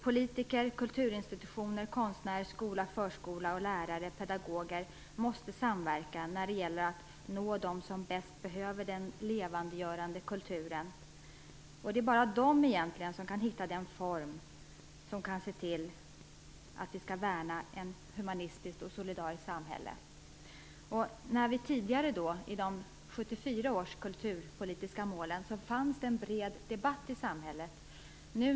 Politiker, kulturinstitutioner, konstnärer, skola, förskola, lärare och pedagoger måste samverka när det gäller att nå dem som bäst behöver den levandegörande kulturen. Det är bara de som kan hitta den form som innebär att vi värnar ett humanistiskt och solidariskt samhälle. I samband med 1974 års kulturpolitiska mål fördes det en bred debatt i samhället.